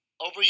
over